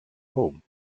home